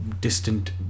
distant